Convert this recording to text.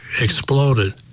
exploded